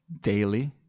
daily